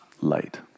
light